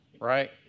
Right